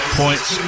points